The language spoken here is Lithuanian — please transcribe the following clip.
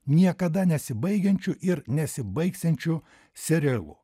niekada nesibaigiančiu ir nesibaigsiančiu serialu